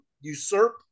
usurp